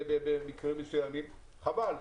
ובמקרים מסוימים גם משמיצים, וזה חבל.